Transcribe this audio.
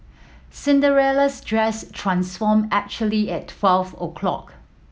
Cinderella's dress transformed actually at twelve o' clock